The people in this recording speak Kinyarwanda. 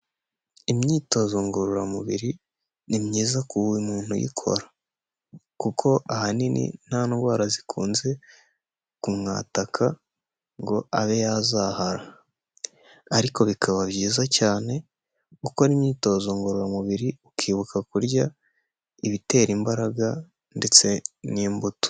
Imyitozo ngororamubiri ni myiza ku muntu uyikora kuko ahanini nta ndwara zikunze kumwataka ngo abe yazahara, ariko bikaba byiza cyane gukora imyitozo ngororamubiri ukibuka kurya ibitera imbaraga ndetse n'imbuto.